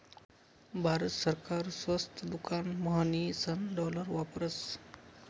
भारत सरकार स्वस्त दुकान म्हणीसन डालर वापरस